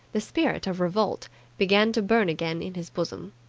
the spirit of revolt began to burn again in his bosom.